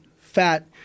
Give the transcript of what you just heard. fat